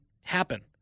happen